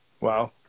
Wow